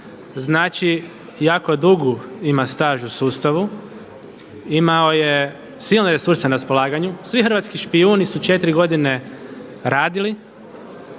Znači, jako dug ima staž u sustavu, imao je silne resurse na raspolaganju, svi hrvatski špijuni su četiri godine radili,